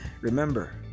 Remember